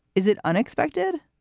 is it unexpected?